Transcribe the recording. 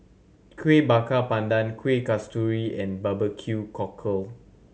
Kueh Bakar Pandan Kueh Kasturi and barbecue cockle